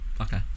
Okay